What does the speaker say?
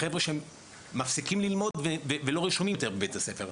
חבר'ה שמפסיקים ללמוד ולא רשומים יותר בבית הספר,